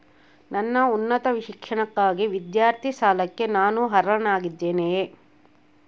ನನ್ನ ಉನ್ನತ ಶಿಕ್ಷಣಕ್ಕಾಗಿ ವಿದ್ಯಾರ್ಥಿ ಸಾಲಕ್ಕೆ ನಾನು ಅರ್ಹನಾಗಿದ್ದೇನೆಯೇ?